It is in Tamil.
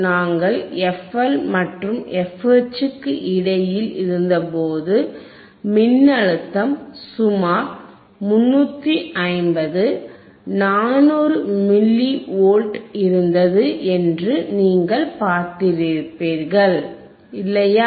நாங்கள் fL மற்றும் fH க்கு இடையில் இருந்தபோது மின்னழுத்தம் சுமார் 350 400 மில்லி வோல்ட் இருந்தது என்று நீங்கள் பார்த்திருப்பீர்கள் இல்லையா